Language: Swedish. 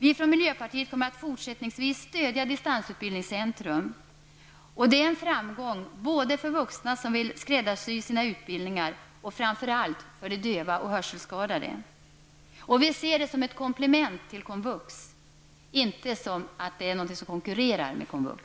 Vi i miljöpartiet kommer fortsättningsvis att stödja distansutbildningscentrum, och det är en framgång både för de vuxna som vill skräddarsy sina utbildningar och framför allt för de döva och hörselskadade. Vi ser detta som ett komplement till KOMVUX och inte som något som konkurrerar med KOMVUX.